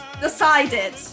Decided